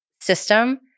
system